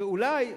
ואולי,